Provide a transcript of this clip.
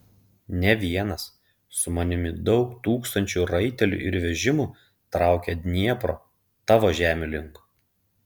ne vienas su manimi daug tūkstančių raitelių ir vežimų traukia dniepro tavo žemių link